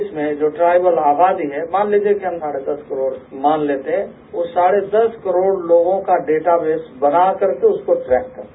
देश में जो ट्राइबल आबादी है मान लिजिये कि वो साढ़े दस करोड़ है मान लेते हैं कि वो साढ़े दस करोड़ लोगों का डेटाबेस बना कर के उसको ट्रैक करना है